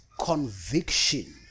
conviction